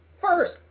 first